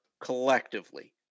collectively